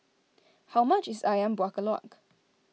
how much is Ayam Buah Keluak